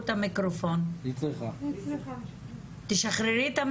בוקר טוב, אני נציגת עמותת